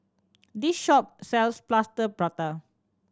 this shop sells Plaster Prata